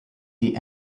the